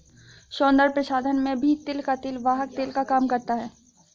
सौन्दर्य प्रसाधन में भी तिल का तेल वाहक तेल का काम करता है